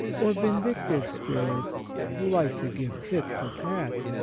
or vindictive spirits who like to give tit for tat?